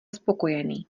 spokojený